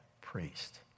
priest